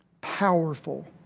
powerful